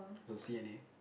so C_N_A